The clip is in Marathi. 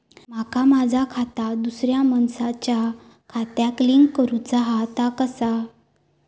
माका माझा खाता दुसऱ्या मानसाच्या खात्याक लिंक करूचा हा ता कसा?